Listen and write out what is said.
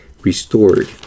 restored